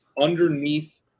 underneath